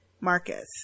Marcus